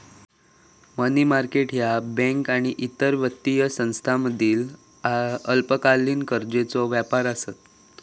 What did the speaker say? मनी market ह्या बँका आणि इतर वित्तीय संस्थांमधील अल्पकालीन कर्जाचो व्यापार आसत